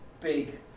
big